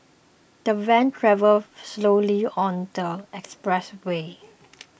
the van travelled slowly on the expressway